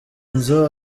nzu